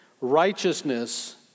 Righteousness